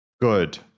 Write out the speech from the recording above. good